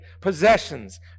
Possessions